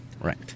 Right